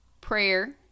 prayer